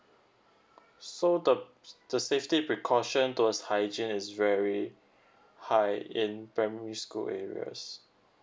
so the the safety precaution towards hygiene is very high in primary school areas